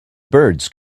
birds